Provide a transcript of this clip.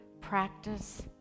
Practice